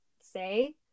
say